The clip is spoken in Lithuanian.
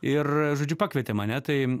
ir žodžiu pakvietė mane tai